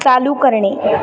चालू करणे